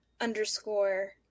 underscore